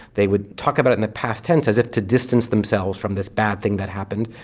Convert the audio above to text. they would talk about it in the past tense as if to distance themselves from this bad thing that happened,